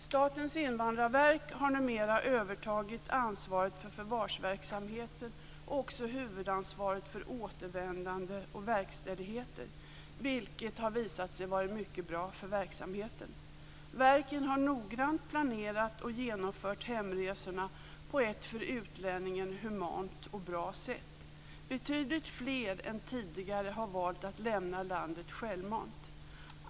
Statens invandrarverk har numera övertagit ansvaret för förvarsverksamheten och även huvudansvaret för återvändande och verkställigheter, vilket har visat sig vara mycket bra för verksamheten. Verket har noggrant planerat och genomfört hemresorna på ett för utlänningen humant och bra sätt. Betydligt fler än tidigare har valt att lämna landet självmant.